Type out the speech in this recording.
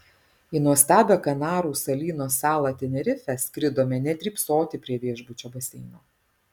į nuostabią kanarų salyno salą tenerifę skridome ne drybsoti prie viešbučio baseino